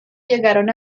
llegaron